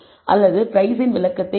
அல்லது பிரைஸின் விளக்கத்தை அளிக்கும்